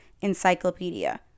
encyclopedia